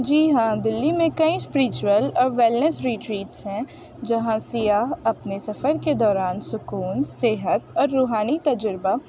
جی ہاں دلی میں کئی اسپریچول اور ویلنیس ریٹریٹس ہیں جہاں سیاح اپنے سفر کے دوران سکون صحت اور روحانی تجربہ